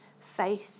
faith